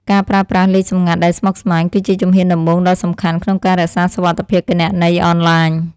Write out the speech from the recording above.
ការប្រើប្រាស់លេខសម្ងាត់ដែលស្មុគស្មាញ គឺជាជំហានដំបូងដ៏សំខាន់ក្នុងការរក្សាសុវត្ថិភាពគណនីអនឡាញ។